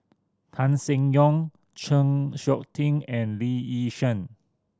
Tan Seng Yong Chng Seok Tin and Lee Yi Shyan